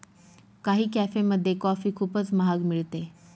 काही कॅफेमध्ये कॉफी खूपच महाग मिळते